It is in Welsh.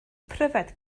pryfed